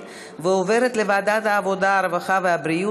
לוועדת העבודה, הרווחה והבריאות